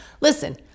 Listen